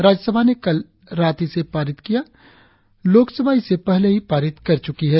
राज्यसभा ने कल रात इसे पास किया लोकसभा इसे पहले ही पारित कर चुकी है